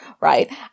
right